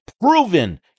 proven